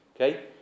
Okay